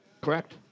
Correct